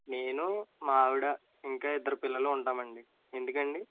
నేను మా ఆవిడ ఇంకా ఇద్దరు పిల్లలు ఉంటామండి ఎందుకండి